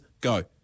Go